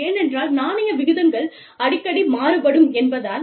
ஏனென்றால் நாணய விகிதங்கள் அடிக்கடி மாறுபடும் என்பதால்